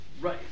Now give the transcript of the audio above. Right